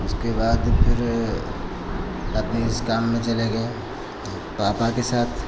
उसके बाद फिर अपने उस काम में चले गए पापा के साथ